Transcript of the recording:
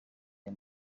aya